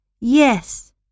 Yes